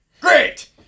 Great